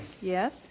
Yes